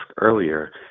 earlier